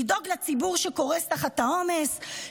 לדאוג לציבור שקורס תחת העומס.